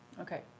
Okay